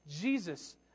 Jesus